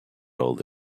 old